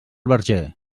verger